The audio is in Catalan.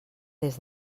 des